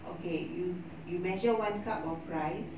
okay you you measure one cup of rice